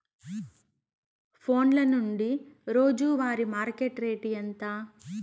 ఫోన్ల నుండి రోజు వారి మార్కెట్ రేటు ఎంత?